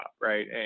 right